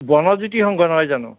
বনজ্যোতি সংঘ নহয় জানো